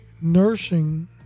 nursing